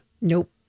Nope